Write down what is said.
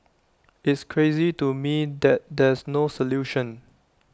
it's crazy to me that there's no solution